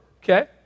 okay